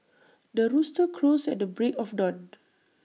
the rooster crows at the break of dawn